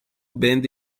bend